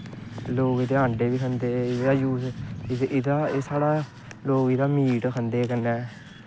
लोग एह्दे अंडे बी खंदे एह्दा यूज़ लोग एह्दा मीट खंदे कन्नै